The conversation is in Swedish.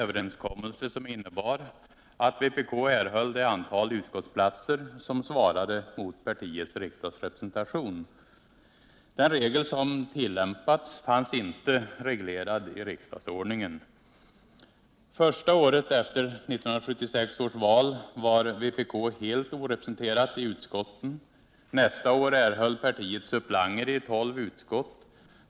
Herr talman! Till säregenheterna i riksdagsarbetet efter 1976 års val hör onekligen att vänsterpartiet kommunisterna inte haft samma möligheter som övriga partier att delta i utskottsarbetet. Den regel som tillämpades under enkammarriksdagens första två valperioder upphörde att fungera efter 1976 års val. Det gick inte längre att få till stånd en överenskommelse som innebar att vpk erhöll det antal utskottsplatser som svarade mot partiets riksdagsrepresentation. Den regel som tillämpats fanns inte införd i riksdagsordningen. Första året efter 1976 års val var vpk helt orepresenterat i utskotten. Nästa år erhöll partiet suppleanter i 12 utskott.